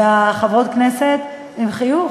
ואת חברות הכנסת, עם חיוך